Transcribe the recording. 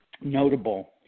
notable